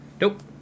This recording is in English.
Nope